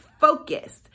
focused